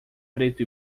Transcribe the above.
preto